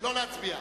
לא להצביע.